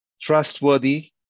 trustworthy